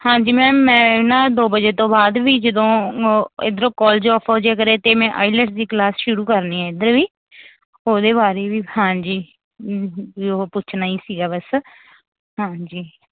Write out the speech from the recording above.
ਹਾਂਜੀ ਮੈਮ ਮੈਂ ਨਾ ਦੋ ਵਜੇ ਤੋਂ ਬਾਅਦ ਵੀ ਜਦੋਂ ਇੱਧਰੋਂ ਕੋਲਜ ਓਫ਼ ਹੋ ਜਾਇਆ ਕਰੇ ਤਾਂ ਮੈਂ ਆਈਲੈਟਸ ਦੀ ਕਲਾਸ ਸ਼ੁਰੂ ਕਰਨੀ ਹੈ ਇੱਧਰ ਵੀ ਉਹਦੇ ਬਾਰੇ ਵੀ ਹਾਂਜੀ ਵੀ ਉਹ ਪੁੱਛਣਾ ਹੀ ਸੀਗਾ ਬਸ ਹਾਂਜੀ